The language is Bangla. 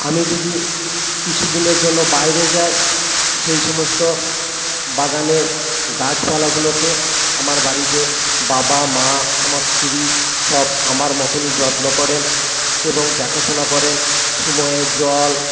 আমি যদি কিছুদিনের জন্য বাইরে যাই সেই সমস্ত বাগানের গাছপালাগুলোকে আমার বাড়িতে বাবা মা আমার স্ত্রী সব আমার মতনই যত্ন করেন এবং দেখাশোনা করেন সময়ে জল